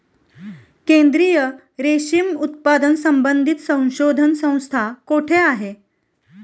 केंद्रीय रेशीम उत्पादन संबंधित संशोधन संस्था कोठे आहे?